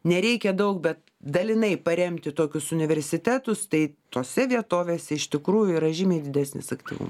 nereikia daug bet dalinai paremti tokius universitetus tai tose vietovėse iš tikrųjų yra žymiai didesnis aktyvum